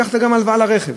לקחת גם הלוואה לרכב,